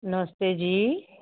नमस्ते जी